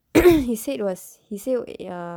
he said was he say ya